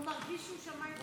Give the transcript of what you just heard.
הוא מרגיש שהוא שמע את הכול.